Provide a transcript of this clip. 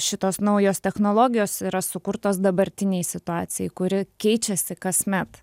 šitos naujos technologijos yra sukurtos dabartinei situacijai kuri keičiasi kasmet